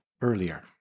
earlier